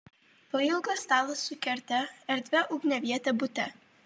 pailgas stalas su kerte erdvia ugniaviete bute